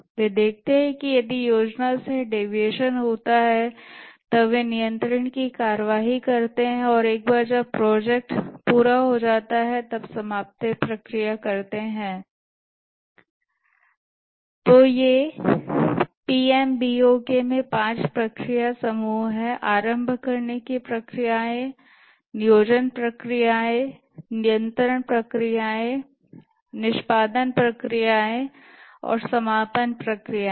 वे देखते हैं यदि योजना से डेविएशन होता है तब वे नियंत्रण की कार्यवाही करते हैं और एक बार जब प्रोजेक्ट पूरा हो जाता है तब समाप्ति प्रक्रिया करते हैं तो ये PMBOK में 5 मुख्य प्रक्रिया समूह हैं आरंभ करने की प्रक्रियाएं नियोजन प्रक्रियाएं नियंत्रण प्रक्रियाएं निष्पादन प्रक्रियाएं और समापन प्रक्रियाएं